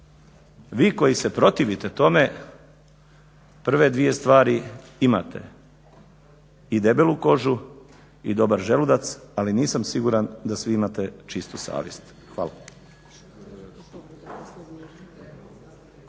vi koji se protivite tome prve dvije stvari i debelu kožu i dobar želudac ali nisam siguran da svi imate čistu savjest. Hvala.